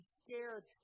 scared